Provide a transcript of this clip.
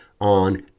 on